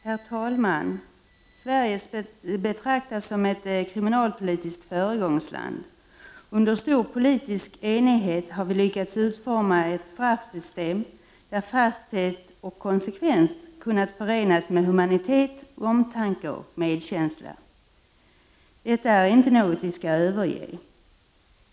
Herr talman! Sverige betraktas som ett kriminalpolitiskt föregångsland. Under stor politisk enighet har vi lyckats utforma ett straffsystem där fasthet och konsekvens har kunnat förenas med humanitet, omtanke och medkänsla. Detta är inte något vi skall överge.